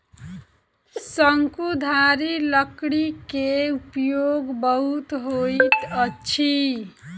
शंकुधारी लकड़ी के उपयोग बहुत होइत अछि